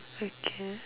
okay